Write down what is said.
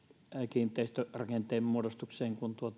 kiinteistörakenteen muodostukseen kuin